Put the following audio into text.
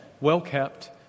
well-kept